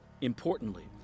Importantly